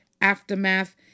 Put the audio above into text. Aftermath